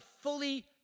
fully